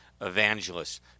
evangelists